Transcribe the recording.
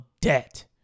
debt